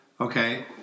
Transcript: Okay